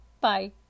Bye